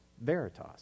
Veritas